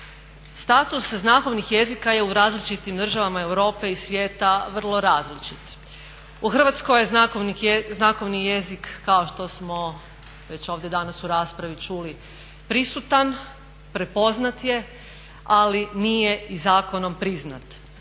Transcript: Status znakovnih jezika je različitim državama Europe i svijeta vrlo različit. U RH je znakovni jezik kao što smo već ovdje danas u raspravi čuli prisutan, prepoznat je ali nije i zakonom priznat.